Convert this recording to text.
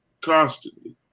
constantly